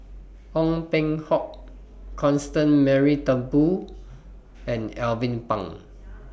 Ong Peng Hock Constance Mary Turnbull and Alvin Pang